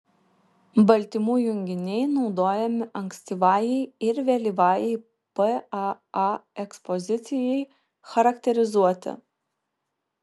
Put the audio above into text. baltymų junginiai naudojami ankstyvajai ir vėlyvajai paa ekspozicijai charakterizuoti